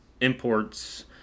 imports